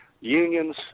unions